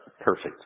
Perfect